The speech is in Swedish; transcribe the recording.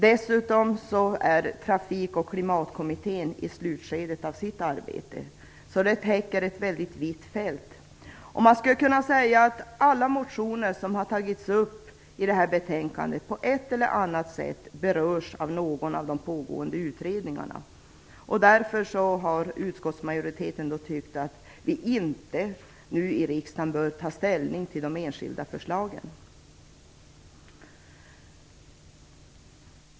Dessutom är Trafikoch klimatkommittén i slutskedet av sitt arbete. Det är alltså ett väldigt brett fält som täcks. Alla motioner som har behandlats i detta betänkande berörs på ett eller annat sätt av de pågående utredningarna. Därför har utskottsmajoriteten ansett att riksdagen nu inte bör ta ställning till de enskilda förslagen.